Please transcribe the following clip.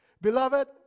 Beloved